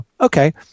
Okay